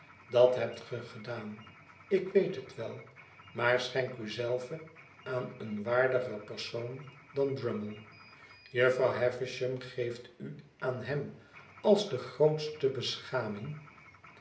dat hebt ge gedaan ik weet het wel maar schenk u zelve aan een waardiger persoon dan brummie jufvrouw havisham geeft u aan hem als de grootste beschaming